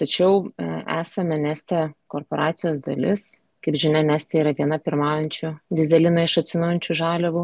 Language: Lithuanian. tačiau esame neste korporacijos dalis kaip žinia neste yra viena pirmaujančių dyzelino iš atsinaujinančių žaliavų